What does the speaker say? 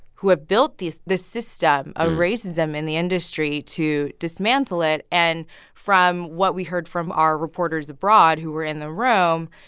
who have built this this system of racism in the industry to dismantle it. and from what we heard from our reporters abroad who were in the room,